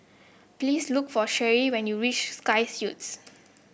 please look for Sherie when you reach Sky Suites